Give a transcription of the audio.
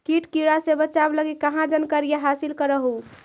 किट किड़ा से बचाब लगी कहा जानकारीया हासिल कर हू?